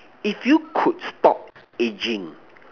if you could stop aging